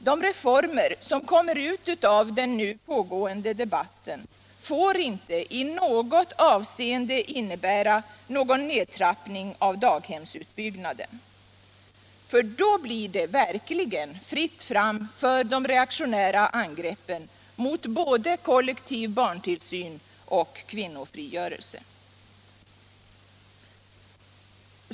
De reformer som kommer ut av den nu pågående debatten får inte i något avseende innebära någon nedtrappning av daghemsutbyggnaden, för då blir det verkligen fritt fram för de reaktionära angreppen mot både kollektiv barntillsyn och kvinnofrigörelse.